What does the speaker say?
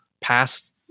past